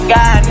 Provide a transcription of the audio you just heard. God